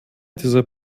dieser